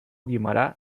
guimerà